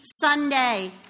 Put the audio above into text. Sunday